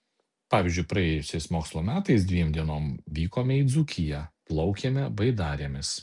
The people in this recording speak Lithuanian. pavyzdžiui praėjusiais mokslo metais dviem dienom vykome į dzūkiją plaukėme baidarėmis